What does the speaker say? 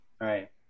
Right